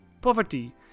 poverty